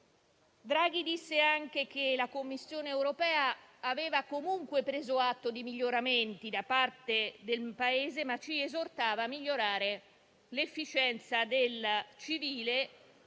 Draghi disse anche che la Commissione europea aveva comunque preso atto di miglioramenti da parte del Paese, ma che ci esortava a migliorare l'efficienza del civile,